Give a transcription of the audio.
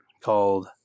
called